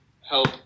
help